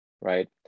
right